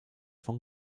von